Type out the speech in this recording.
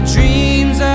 Dreams